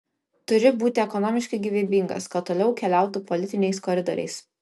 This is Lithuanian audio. turi būti ekonomiškai gyvybingas kad toliau keliautų politiniais koridoriais